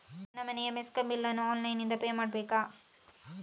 ನನ್ನ ಮನೆಯ ಮೆಸ್ಕಾಂ ಬಿಲ್ ಅನ್ನು ಆನ್ಲೈನ್ ಇಂದ ಪೇ ಮಾಡ್ಬೇಕಾ?